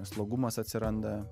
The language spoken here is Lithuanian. slogumas atsiranda